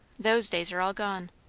those days are all gone.